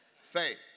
Faith